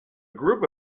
group